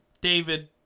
David